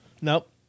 Nope